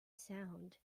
sound